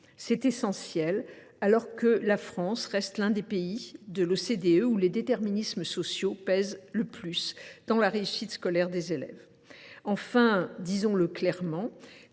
est essentiel, car la France reste l’un des pays de l’OCDE où les déterminismes sociaux pèsent le plus sur la réussite scolaire des élèves. Enfin, disons le clairement,